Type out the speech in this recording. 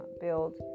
build